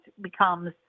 becomes